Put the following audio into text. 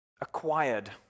acquired